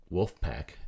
Wolfpack